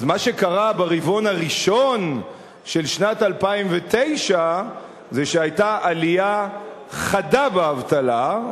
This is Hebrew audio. אז מה שקרה ברבעון הראשון של שנת 2009 זה שהיתה עלייה חדה באבטלה,